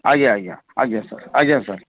ଆଜ୍ଞା ଆଜ୍ଞା ଆଜ୍ଞା ସାର ଆଜ୍ଞା ସାର